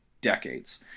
decades